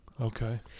Okay